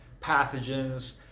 pathogens